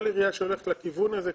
כל עירייה שהולכת לכיוון הזה,